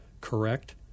correct